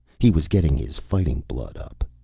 he was getting his fighting blood up.